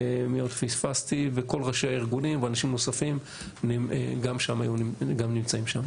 כל ראשי הארגונים ואנשים נוספים גם נמצאים שם.